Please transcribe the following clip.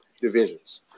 divisions